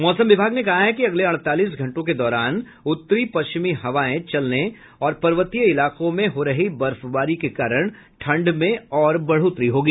मौसम विभाग ने कहा है कि अगले अड़तालीस घंटों के दौरान उत्तरी पश्चिमी हवाएं चलने और पर्वतीय इलाकों में हो रही बर्फबारी के कारण ठंड में और बढ़ोतरी होगी